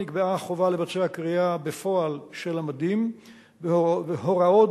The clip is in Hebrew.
נקבעה החובה לבצע קריאה בפועל של המדים ויש הוראות